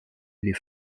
les